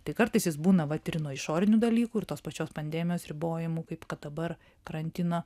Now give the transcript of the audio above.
tai kartais jis būna vat ir nuo išorinių dalykų ir tos pačios pandemijos ribojimų kaip kad dabar karantino